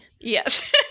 Yes